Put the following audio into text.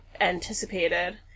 anticipated